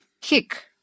kick